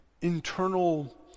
internal